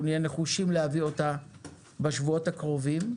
נהיה נחושים להביא אותה בשבועות הקרובים,